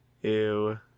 Ew